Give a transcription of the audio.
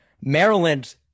Maryland